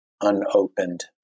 unopened